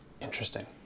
Interesting